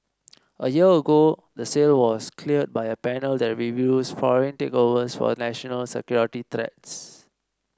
a year ago the sale was cleared by a panel that reviews foreign takeovers for national security threats